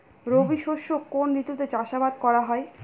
রবি শস্য কোন ঋতুতে চাষাবাদ করা হয়?